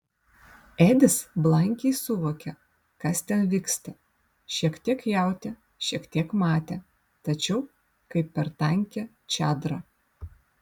edis blankiai suvokė kas ten vyksta šiek tiek jautė šiek tiek matė tačiau kaip per tankią čadrą